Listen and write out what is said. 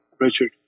Richard